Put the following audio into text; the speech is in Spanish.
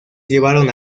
llevaron